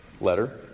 letter